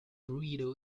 burrito